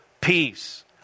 peace